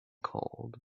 cold